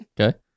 okay